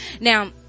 Now